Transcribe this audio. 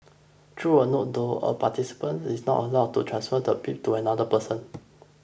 a note though a participant is not allowed to transfer the bib to another person